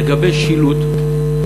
לגבי שילוט,